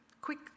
Quick